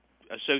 associate